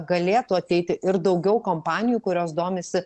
galėtų ateiti ir daugiau kompanijų kurios domisi